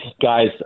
guys